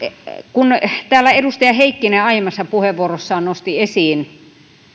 kun täällä edustaja heikkinen aiemmassa puheenvuorossaan nosti esiin